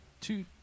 Two